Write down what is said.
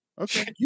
Okay